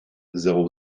zéro